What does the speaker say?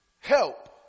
Help